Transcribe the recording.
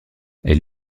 elle